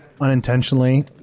unintentionally